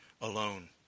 alone